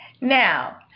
now